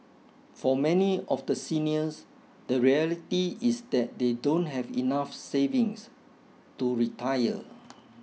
for many of the seniors the reality is that they don't have enough savings to retire